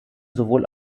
sowohl